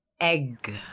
egg